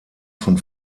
von